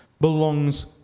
belongs